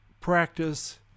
practice